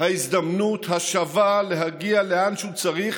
ההזדמנות השווה להגיע לאן שהוא צריך,